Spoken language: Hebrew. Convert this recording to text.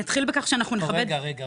רגע.